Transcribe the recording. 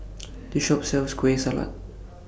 This Shop sells Kueh Salat